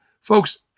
folks